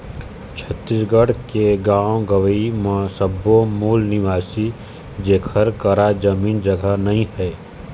छत्तीसगढ़ के गाँव गंवई म सब्बो मूल निवासी जेखर करा जमीन जघा नइ हे